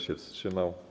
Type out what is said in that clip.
się wstrzymał?